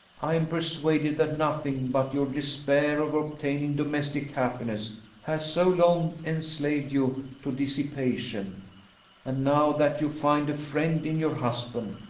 i am persuaded that nothing but your despair of obtaining domestic happiness has so long enslaved you to dissipation and now that you find a friend in your husband,